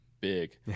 big